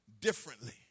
differently